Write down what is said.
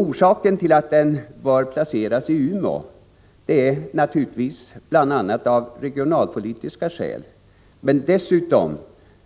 Orsaken till att den bör placeras i Umeå är naturligtvis bl.a. av regionalpolitisk art men dessutom